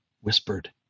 whispered